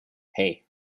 hey